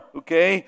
okay